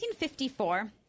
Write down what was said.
1954